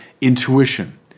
intuition